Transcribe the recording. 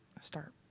start